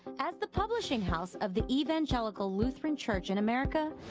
as the publishing house of the evangelical lutheran church in america,